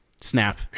snap